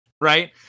right